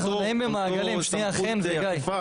חן וגיא,